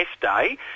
day